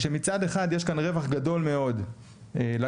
שמצד אחד יש כאן רווח גדול מאוד לגודל,